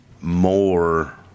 more